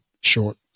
short